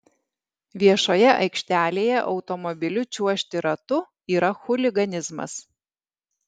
viešoje aikštelėje automobiliu čiuožti ratu yra chuliganizmas